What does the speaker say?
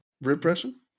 Repression